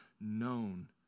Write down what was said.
known